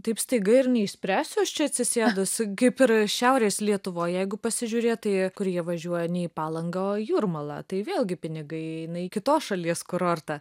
taip staiga ir neišspręsiu aš čia atsisėdus kaip ir šiaurės lietuvoj jeigu pasižiūrėt tai kur jie važiuoja ne į palangą o į jūrmalą tai vėlgi pinigai eina į kitos šalies kurortą